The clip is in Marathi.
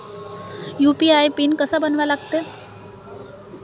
यू.पी.आय पिन कसा बनवा लागते?